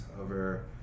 over